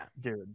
dude